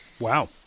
Wow